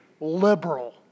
liberal